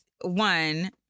one